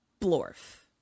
Blorf